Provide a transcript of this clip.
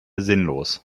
sinnlos